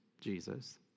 Jesus